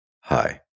Hi